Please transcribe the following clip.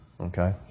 okay